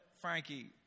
Frankie